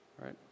right